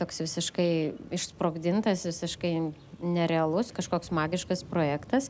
toks visiškai išsprogdintas visiškai nerealus kažkoks magiškas projektas